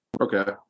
Okay